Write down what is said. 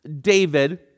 David